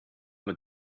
nur